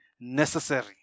necessary